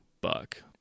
buck